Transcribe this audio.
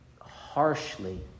harshly